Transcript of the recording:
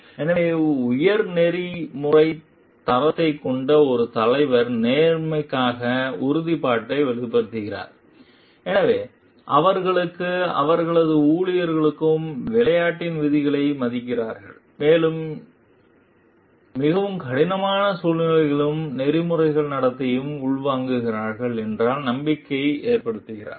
எனவே உயர் நெறிமுறைத் தரத்தைக் கொண்ட ஒரு தலைவர் நேர்மைக்கான உறுதிப்பாட்டை வெளிப்படுத்துகிறார் எனவே அவர்களும் அவர்களது ஊழியர்களும் விளையாட்டின் விதிகளை மதிக்கிறார்கள் மேலும் மிகவும் கடினமான சூழ்நிலைகளிலும் நெறிமுறை நடத்தையை உள்வாங்குவார்கள் என்ற நம்பிக்கையை ஏற்படுத்துகிறார்